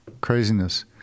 craziness